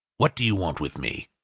what do you want with me?